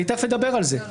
אני תכף אדבר על זה.